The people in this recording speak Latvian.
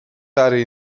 arī